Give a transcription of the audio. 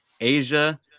Asia